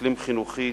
אקלים חינוכי,